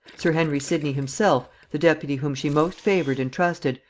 sir henry sidney himself, the deputy whom she most favored and trusted,